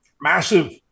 Massive